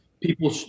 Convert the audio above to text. People